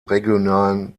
regionalen